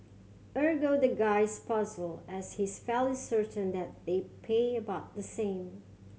ergo the guy is puzzled as he's fairly certain that they pay about the same